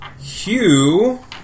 Hugh